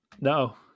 No